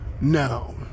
no